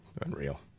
Unreal